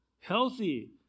healthy